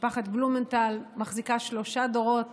משפחת בלומנטל מחזיקה שלושה דורות